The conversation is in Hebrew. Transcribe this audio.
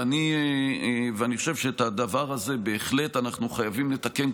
אני חושב שאת הדבר הזה בהחלט אנחנו חייבים לתקן,